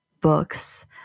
books